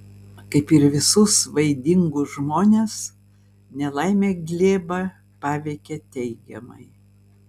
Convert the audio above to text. kaip ir visus vaidingus žmones nelaimė glėbą paveikė teigiamai